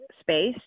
space